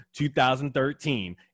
2013